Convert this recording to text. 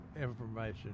information